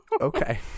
Okay